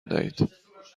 دهید